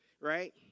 right